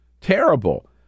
terrible